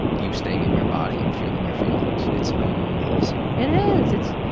you staying in your body and feeling your feelings. it's amazing. it is! it's,